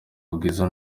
bwiza